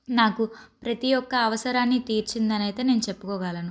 నాకు ప్రతీ ఒక్క అవసరాన్ని తీర్చిందని అయితే నేను చెప్పుకోగలను